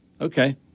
okay